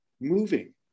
moving